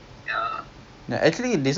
ya two o'clock